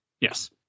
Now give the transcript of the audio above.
yes